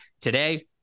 today